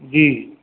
जी